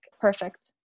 perfect